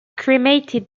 cremated